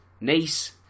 Nice